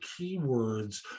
keywords